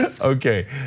Okay